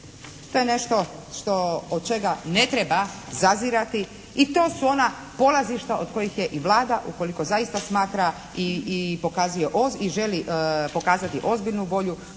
To je nešto što, od čega ne treba zazirati. I to su ona polazišta od kojih je i Vlada, ukoliko zaista smatra i pokazuje, i želi pokazati ozbiljnu volju